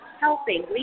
helping